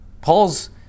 Paul's